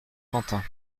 quentin